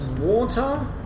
water